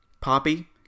poppy